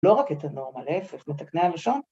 ‫לא רק את הנורמה, להיפך, ‫מתקני הלשון